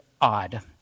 odd